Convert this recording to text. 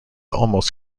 almost